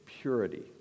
purity